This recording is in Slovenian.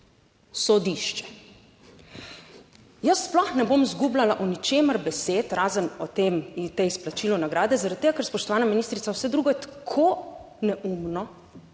sodišče. Jaz sploh ne bom izgubljala v ničemer besed, razen o tem in tem izplačilu nagrade, zaradi tega, ker spoštovana ministrica, vse drugo je tako neumno,